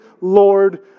Lord